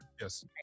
Yes